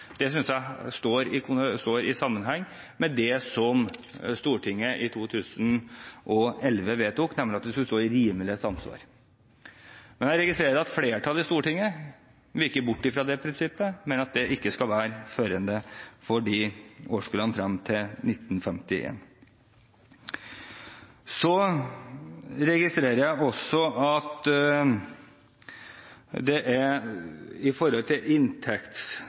Det synes jeg står i sammenheng med det som Stortinget vedtok i 2011, nemlig at dette skal stå i rimelig samsvar. Jeg registrerer at flertallet i Stortinget viker bort fra det prinsippet, men at det ikke skal være førende for årskullene fram til 1951. Jeg registrerer også at uføres inntekt før uførhet har vært en del av diskusjonen. Jeg synes også her at regjeringen har lagt opp til